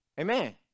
Amen